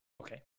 Okay